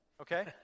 Okay